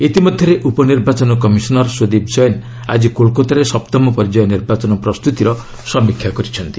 ଇତିମଧ୍ୟରେ ଉପନିର୍ବାଚନ କମିଶନର୍ ସୁଦୀପ୍ ଜୈନ୍ ଆଜି କୋଲକତାରେ ସପ୍ତମ ପର୍ଯ୍ୟାୟ ନିର୍ବାଚନ ପ୍ରସ୍ତତିର ସମୀକ୍ଷା କରିଛନ୍ତି